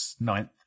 ninth